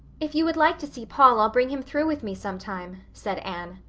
if you would like to see paul i'll bring him through with me sometime, said anne.